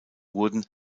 wurden